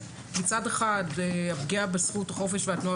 מצד אחד הפגיעה בזכות החופש והתנועה